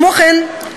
כמו כן,